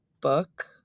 book